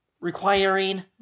requiring